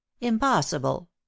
impossible